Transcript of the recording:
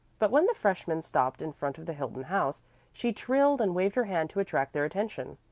but when the freshmen stopped in front of the hilton house she trilled and waved her hand to attract their attention.